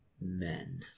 men